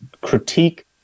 critique